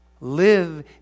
Live